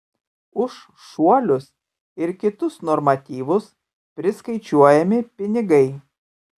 už šuolius ir kitus normatyvus priskaičiuojami pinigai